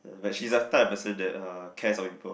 but she's the type of person that uh cares for people